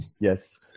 Yes